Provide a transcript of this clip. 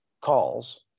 calls